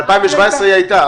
ב-2017 היא הייתה.